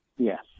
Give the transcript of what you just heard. Yes